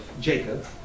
Jacob